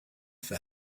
for